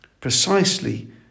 precisely